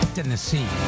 Tennessee